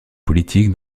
politique